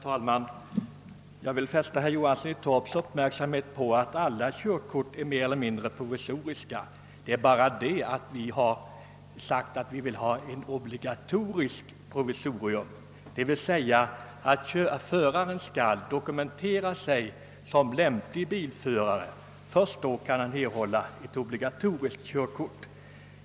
Herr talman! Jag vill fästa herr Johanssons i Torp uppmärksamhet på att alla körkort är mer eller mindre provisoriska. Vad vi föreslagit är ett obligatoriskt provisorium — d.v.s. föraren skall dokumentera sin lämplighet som bilförare och först därefter kunna erhålla ett definitivt körkort.